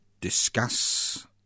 discuss